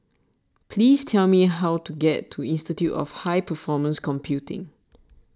please tell me how to get to Institute of High Performance Computing